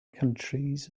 countries